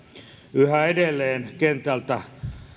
yhä edelleen kentältä